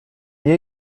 nie